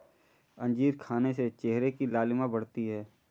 अंजीर खाने से चेहरे की लालिमा बढ़ती है